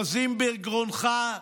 אוחזים בגרונך,